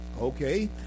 Okay